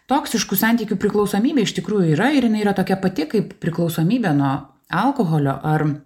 toksiškų santykių priklausomybė iš tikrųjų yra ir jinai yra tokia pati kaip priklausomybė nuo alkoholio ar